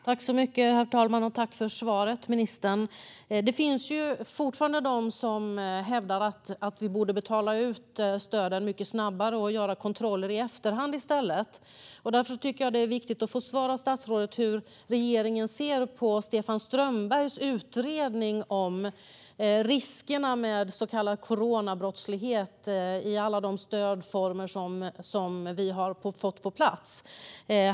Herr talman! Tack för svaret, ministern! Det finns fortfarande de som hävdar att vi borde betala ut stöden mycket snabbare och göra kontroller i efterhand i stället. Därför tycker jag att det är viktigt att få svar av statsrådet om hur regeringen ser på Stefan Strömbergs utredning om riskerna med så kallad coronabrottslighet i alla de stödformer som vi har fått på plats.